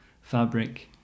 fabric